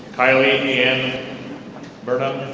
kylie leanne burdom.